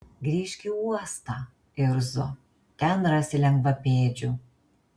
grįžk į uostą irzo ten rasi lengvapėdžių